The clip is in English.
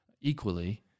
equally